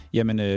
Jamen